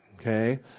okay